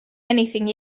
anything